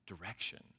direction